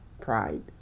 pride